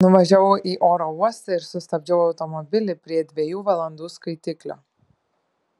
nuvažiavau į oro uostą ir sustabdžiau automobilį prie dviejų valandų skaitiklio